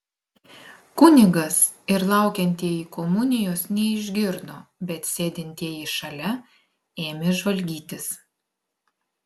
kunigas ir laukiantieji komunijos neišgirdo bet sėdintieji šalia ėmė žvalgytis